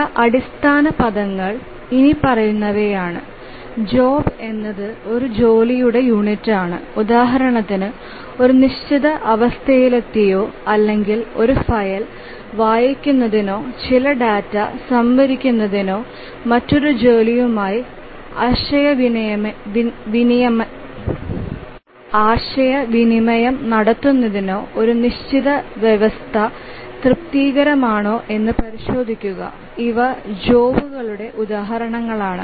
ചില അടിസ്ഥാന പദങ്ങൾ ഇനിപ്പറയുന്നവയാണ്ജോബ എന്നത് ഒരു ജോലിയുടെ യൂണിറ്റാണ് ഉദാഹരണത്തിന് ഒരു നിശ്ചിത അവസ്ഥയിലെത്തിയോ അല്ലെങ്കിൽ ഒരു ഫയൽ വായിക്കുന്നതിനോ ചില ഡാറ്റ സംഭരിക്കുന്നതിനോ മറ്റൊരു ജോലിയുമായി ആശയവിനിമയം നടത്തുന്നതിനോ ഒരു നിശ്ചിത വ്യവസ്ഥ തൃപ്തികരമാണോ എന്ന് പരിശോധിക്കുകഇവ ജോബകളുടെ ഉദാഹരണങ്ങളാണ്